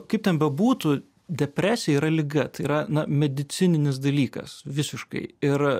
kaip ten bebūtų depresija yra liga tai yra na medicininis dalykas visiškai ir